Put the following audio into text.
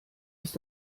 ist